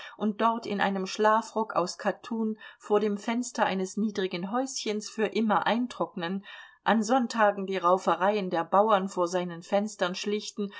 und dort in einem schlafrock aus kattun vor dem fenster eines niedrigen häuschens für immer eintrocknen an sonntagen die raufereien der bauern vor seinen fenstern schlichten